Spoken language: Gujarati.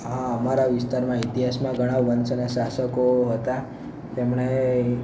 હા અમારા વિસ્તારમાં ઇતિહાસનાં ઘણા વંશ અને શાસકો હતા તેમણે